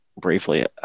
briefly